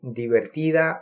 divertida